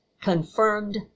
confirmed